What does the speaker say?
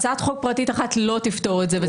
הצעת חוק פרטית אחת לא תפתור את זה.